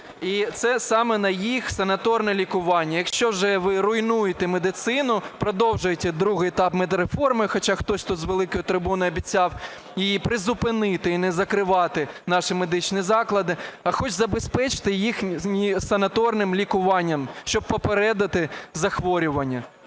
І це саме на їх санаторне лікування. Якщо вже ви руйнуєте медицину, продовжуєте другий етап медреформи, хоча хтось тут з великої трибуни обіцяв її призупинити і не закривати наші медичні заклади, хоч забезпечте їх санаторним лікуванням, щоб попередити захворювання.